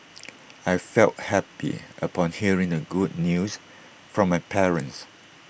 I felt happy upon hearing the good news from my parents